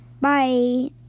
Bye